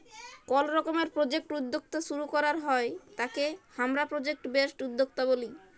call রকমের project উদ্যক্তা শুরু করাক হ্যয় তাকে হামরা প্রজেক্ট বেসড উদ্যক্তা ব্যলি